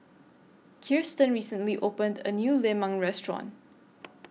Kiersten recently opened A New Lemang Restaurant